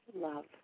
love